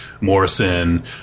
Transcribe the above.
morrison